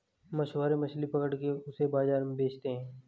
मछुआरे मछली पकड़ के उसे बाजार में बेचते है